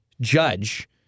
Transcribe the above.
judge